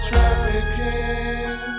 Trafficking